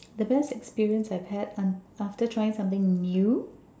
the best experience I've had un~ after trying something new